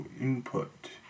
input